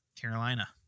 Carolina